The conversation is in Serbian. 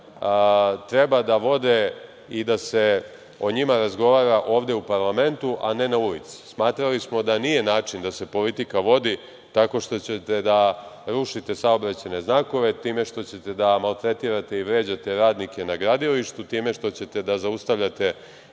treba da se vode i da o njima razgovara ovde u parlamentu, a ne na ulici. Smatrali smo da nije način da se politika vodi tako što ćete da rušiti saobraćajne znakove, time što ćete da maltretirate i vređate radnike na gradilištu, time što ćete da zaustavljate